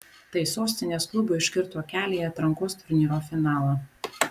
tai sostinės klubui užkirto kelią į atrankos turnyro finalą